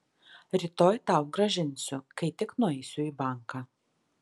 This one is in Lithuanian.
rytoj tau grąžinsiu kai tik nueisiu į banką